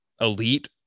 elite